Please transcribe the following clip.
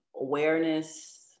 awareness